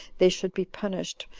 they should be punished,